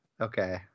okay